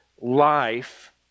life